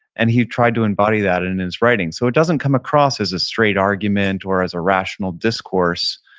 and he tried to embody that in his writing, so it doesn't come across as a straight argument or as a rational discourse,